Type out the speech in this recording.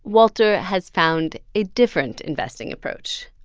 walter has found a different investing approach.